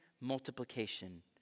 multiplication